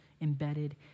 embedded